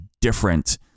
different